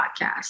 podcast